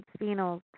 phenols